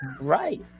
right